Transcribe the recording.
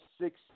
six